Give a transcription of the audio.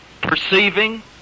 perceiving